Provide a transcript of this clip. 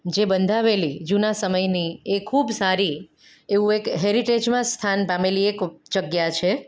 જે બંધાવેલી જૂના સમયની એ ખૂબ સારી એવો એક હેરિટેજમાં સ્થાન પામેલી એક જગ્યા છે